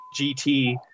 GT